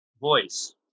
voice